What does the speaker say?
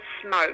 smoke